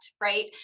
right